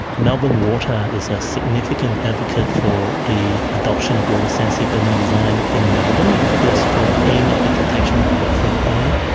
melbourne water is a significant advocate for the adoption of water sensitive urban design in melbourne, of course aimed at the protection of port phillip bay.